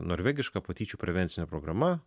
norvegiška patyčių prevencinė programa